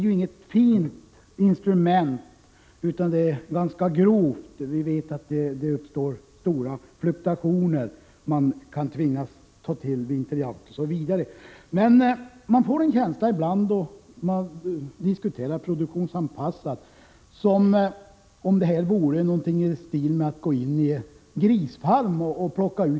Det är inget fint instrument, utan ett ganska grovt sådant. Resultaten kan fluktuera mycket, man kan tvingas ta till vinterjakt osv. Ändå får man ibland när man diskuterar denna produktionsanpassning en känsla av att det skulle vara fråga om någonting i stil med att plocka ut ett antal grisar på en svinfarm.